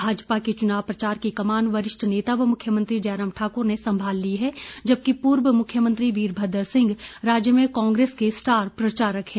भाजपा के चुनाव प्रचार की कमान वरिष्ठ नेता व मुख्यमंत्री जयराम ठाकुर ने सम्भाल ली है जबकि पूर्व मुख्यमंत्री वीरभद्र सिंह राज्य में कांग्रेस के स्टार प्रचारक हैं